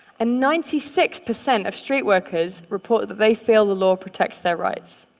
and ninety six percent of street workers report that they feel the law protects their rights.